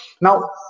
Now